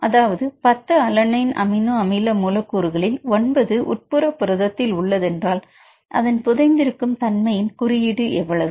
அதாவது 10 alanine அமினோ அமில மூலக்கூறுகளில் 9 உட்புற புரதத்தில் உள்ளதென்றால் அதன் புதைந்திருக்கும் தன்மையின் குறியீடு எவ்வளவு